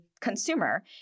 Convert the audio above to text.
consumer